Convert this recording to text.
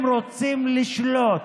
הם רוצים לשלוט